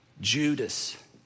Judas